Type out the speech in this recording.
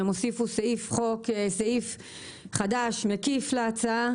הם הוסיפו סעיף חדש, מקיף, להצעה